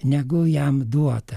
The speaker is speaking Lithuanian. negu jam duota